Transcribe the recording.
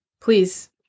Please